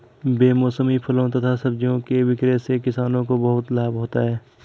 बेमौसमी फलों तथा सब्जियों के विक्रय से किसानों को बहुत लाभ होता है